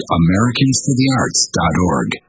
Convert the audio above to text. americansforthearts.org